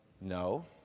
no